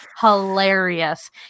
hilarious